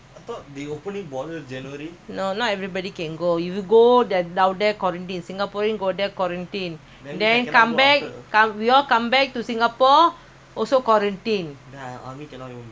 down there quarantine singaporean go there quarantine then come back we all come back to singapore also quarantine army [what] army